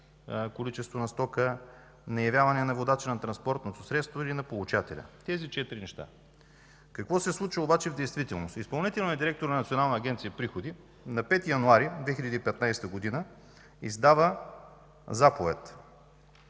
количество на стока; неявяване на водача на транспортно средство или на получателя – тези четири неща. Какво се случва в действителност? Изпълнителният директор на Национална агенция „Приходи” на 5 януари 2015 г. издава заповед,